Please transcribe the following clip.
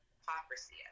hypocrisy